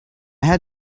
had